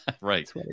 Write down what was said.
Right